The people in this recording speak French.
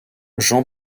jean